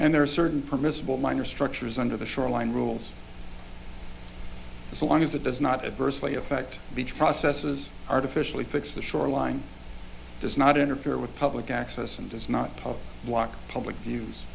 and there are certain permissible minor structures under the shoreline rules so long as it does not adversely affect beach processes artificially puts the shoreline does not interfere with public access and does not walk public